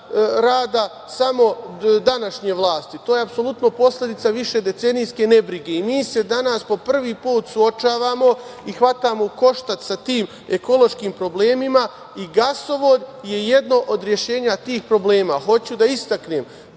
rada samo današnje vlasti. To je apsolutno posledica višedecenijske nebrige. Mi se danas po prvi put suočavamo i hvatamo u koštac sa tim ekološkim problemima. Gasovod je jedno od rešenja tih problema. Hoću da istaknem